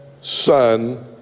Son